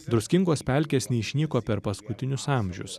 druskingos pelkės neišnyko per paskutinius amžius